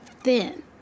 thin